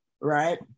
right